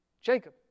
Jacob